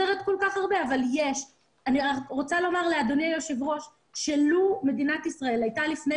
אני רוצה לומר לאדוני היושב-ראש שלו מדינות ישראל הייתה מכינה לפני